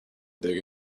dig